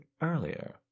earlier